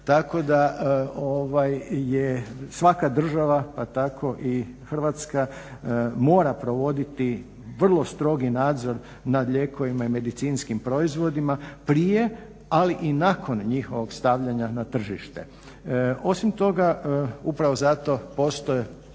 Tako da je svaka država pa tako i Hrvatska mora provoditi vrlo strogi nadzor nad lijekovima i medicinskim proizvodima prije ali i nakon njihovog stavljanja na tržište. Osim toga upravo zato postoje